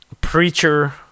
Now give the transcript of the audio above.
preacher